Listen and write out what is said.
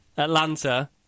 Atlanta